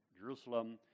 Jerusalem